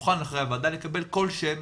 נוכל לקבל כל שם